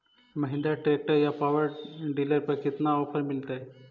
Mahindra tractor या power dealer पर कितना ओफर मीलेतय?